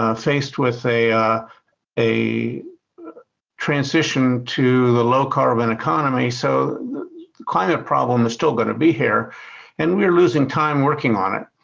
ah faced with a a transition to the low carbon economy, so the climate problem is still going to be here and we're losing time working on it.